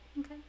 Okay